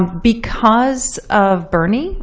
because of bernie,